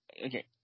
Okay